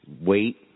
Wait